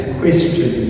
question